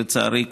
לצערי,